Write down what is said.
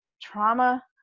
trauma